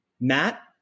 Matt